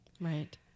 right